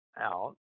out